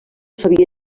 sabia